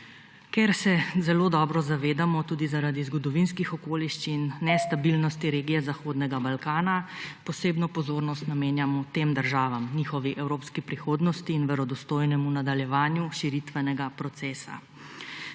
Ker se zelo dobro zavedamo tudi zaradi zgodovinskih okoliščin nestabilnosti regije Zahodnega Balkana, posebno pozornost namenjamo tem državam, njihovi evropski prihodnosti in verodostojnemu nadaljevanju širitvenega procesa.